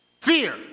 Fear